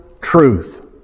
truth